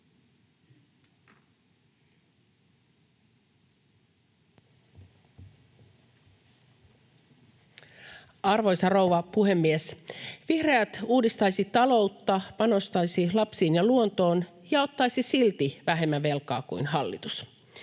Arvoisa rouva puhemies! Vihreät uudistaisivat taloutta, panostaisivat lapsiin ja luontoon ja ottaisivat silti vähemmän velkaa kuin hallitus.